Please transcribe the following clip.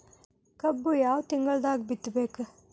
ಕಬ್ಬು ಯಾವ ತಿಂಗಳದಾಗ ಬಿತ್ತಬೇಕು?